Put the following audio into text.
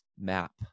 map